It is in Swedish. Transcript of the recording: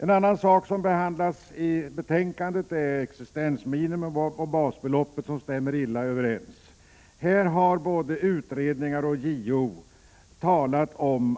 En annan sak som behandlas i betänkandet är att existensminimum och basbeloppet har dålig överensstämmelse. Här har både utredningar och JO påpekat